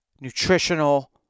nutritional